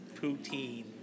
poutine